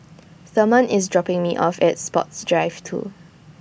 Therman IS dropping Me off At Sports Drive two